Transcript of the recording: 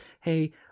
hey